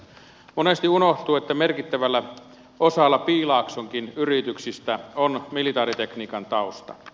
monesti unohtuu että merkittävällä osalla piilaaksonkin yrityksistä on militaaritekniikan tausta